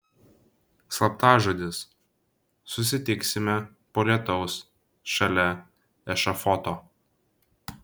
slaptažodis susitiksime po lietaus šalia ešafoto